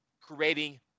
creating